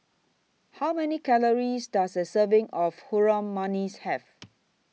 How Many Calories Does A Serving of Harum Manis Have